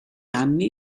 anni